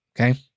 okay